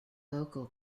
vocal